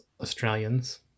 Australians